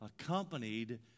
accompanied